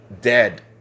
dead